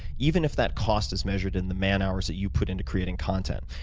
even if that cost is measured in the man hours that you put into creating content.